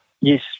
yes